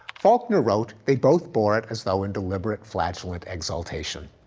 faulkner wrote, they both bore it as though in deliberate flatulent exaltation.